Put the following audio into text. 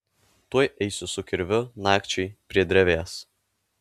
tuoj eisiu su kirviu nakčiai prie drevės